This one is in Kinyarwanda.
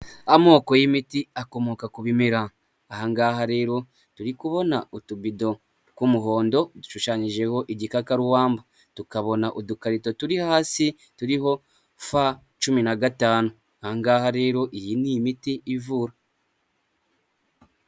Amoko y'imiti akomoka ku bimera, ahangaha rero turi kubona utubido tw'umuhondo dushushanyijeho igikakarubamba, tukabona udukarito turi hasi turiho fa cumi na gatanu, ahangaha rero iyi ni imiti ivura.